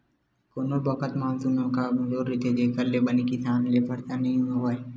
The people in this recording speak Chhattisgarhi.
कोनो बखत मानसून ह कमजोर रहिथे जेखर ले बने किसम ले बरसा नइ होवय